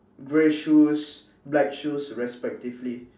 grey shoes black shoes respectively